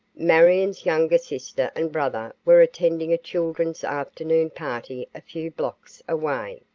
marion's younger sister and brother were attending a children's afternoon party a few blocks away.